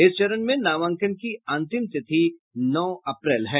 इस चरण में नामांकन की अंतिम तिथि नौ अप्रैल है